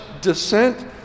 descent